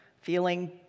feeling